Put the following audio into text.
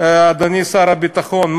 אדוני שר הביטחון,